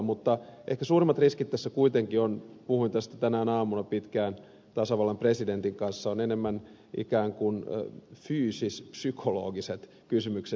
mutta ehkä suurimmat riskit tässä kuitenkin puhuin tästä tänään aamulla pitkään tasavallan presidentin kanssa ovat enemmän ikään kuin fyysis psykologiset kysymykset